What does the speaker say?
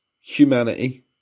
humanity